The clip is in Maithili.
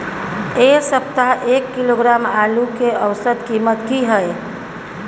ऐ सप्ताह एक किलोग्राम आलू के औसत कीमत कि हय?